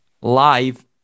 live